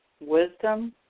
wisdom